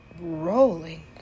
rolling